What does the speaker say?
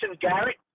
Garrett